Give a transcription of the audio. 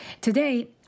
Today